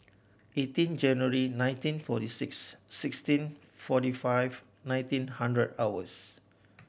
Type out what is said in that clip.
eighteen January nineteen forty six sixteen forty five nineteen hundred hours